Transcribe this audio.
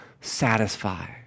satisfy